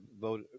vote